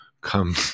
Come